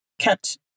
kept